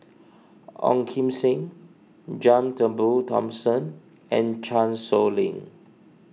Ong Kim Seng John Turnbull Thomson and Chan Sow Lin